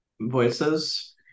voices